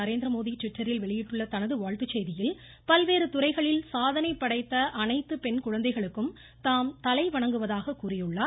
நரேந்திரமோடி ட்விட்டரில் வெளியிட்டுள்ள தனது வாழ்த்துச் செய்தியில் பல்வேறு துறைகளில் சாதனை படைத்த அனைத்து பெண் குழந்தைகளுக்கும் தாம் தலைவணங்குவதாக கூறியுள்ளார்